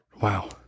Wow